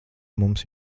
mums